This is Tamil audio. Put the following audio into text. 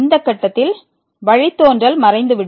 இந்த கட்டத்தில் வழித்தோன்றல் மறைந்துவிடும்